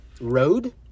road